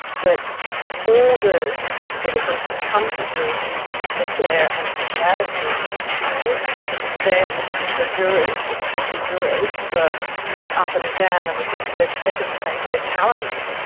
that all the citizens who come for jury duty sit there and see barristers give them, the jurors, the potential jurors, the look up-and-down, and within thirty seconds, they say challenge,